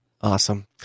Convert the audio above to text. Awesome